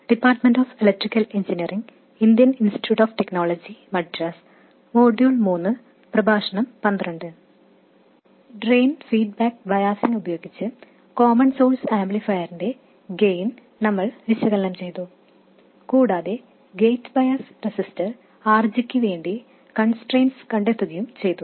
drain feedback biasing ഉപയോഗിച്ച് common source ആംപ്ലിഫയറിന്റെ gain നമ്മൾ വിശകലനം ചെയ്തു കൂടാതെ ഗേറ്റ് ബയസ് റെസിസ്റ്റർ RG ക്ക് വേണ്ടി കൺസ്ട്രെയിൻറ്സ് കണ്ടെത്തുകയും ചെയ്തു